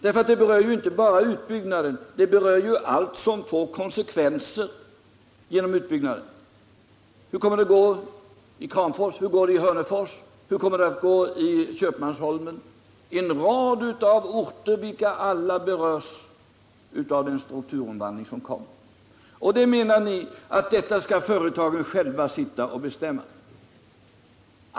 Det berör ju inte bara utbyggnaden. Det berör allt som får konsekvenser genom utbyggnaden. Hur kommer det att gå i Kramfors? Hur kommer det att gå i Hörnefors? Hur kommer det att gå i Köpmanholmen? En rad orter berörs av den strukturomvandling som kommer. Detta menar ni att företagen ensamma skall sitta och bestämma om.